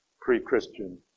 pre-Christian